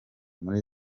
muri